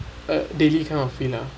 a daily kind of feel lah